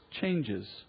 changes